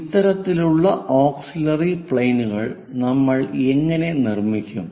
ഇത്തരത്തിലുള്ള ഓക്സിലിയറി പ്ലെയിനുകൾ നമ്മൾ എങ്ങനെ നിർമ്മിക്കും